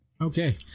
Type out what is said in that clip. Okay